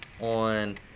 on